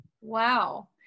Wow